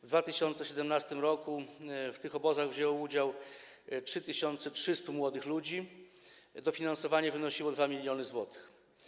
W 2017 r. w tych obozach wzięło udział 3300 młodych ludzi, a dofinansowanie wynosiło 2 mln zł.